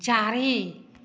चारि